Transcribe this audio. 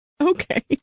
Okay